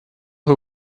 who